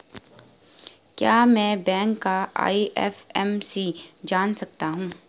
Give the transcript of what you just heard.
क्या मैं बैंक का आई.एफ.एम.सी जान सकता हूँ?